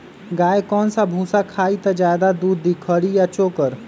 गाय कौन सा भूसा खाई त ज्यादा दूध दी खरी या चोकर?